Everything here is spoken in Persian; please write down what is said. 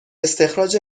استخراج